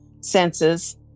senses